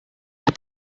las